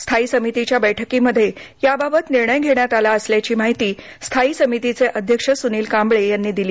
स्थायी समितीच्या बैठकीमध्ये याबाबत निर्णय घेण्यात आलाअसल्याची माहिती स्थायी समितीचे अध्यक्ष सुनिल कांबळे यांनी दिली